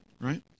right